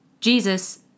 Jesus